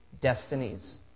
destinies